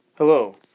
Hello